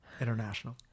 international